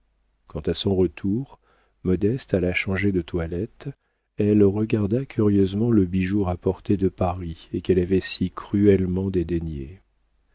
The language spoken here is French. quand à son retour modeste alla changer de toilette elle regarda curieusement le bijou rapporté de paris et qu'elle avait si cruellement